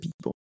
people